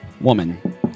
woman